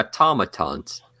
automatons